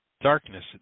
darkness